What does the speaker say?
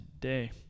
today